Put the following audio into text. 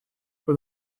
for